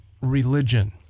religion